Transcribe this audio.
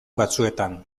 batzuetan